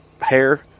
hair